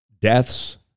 deaths